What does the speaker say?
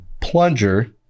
plunger